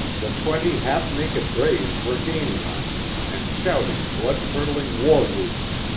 the twenty half-naked braves were gaining on him, and shouting blood-curdling war-whoops.